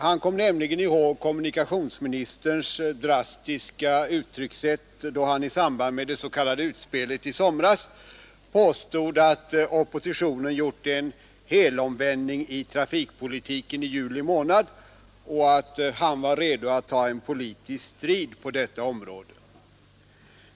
Han kom nämligen ihåg kommunikationsministerns drastiska uttryckssätt då statsrådet i samband med det s.k. utspelet i somras påstod att oppositionen gjort en helomvändning i trafikpolitiken i juli månad och att han var redo att ta en politisk strid på detta område.